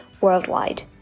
worldwide